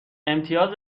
امتیاز